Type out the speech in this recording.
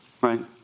Right